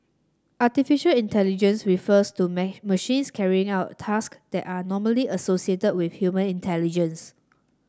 artificial intelligence refers to machines carrying out task that are normally associated with human intelligence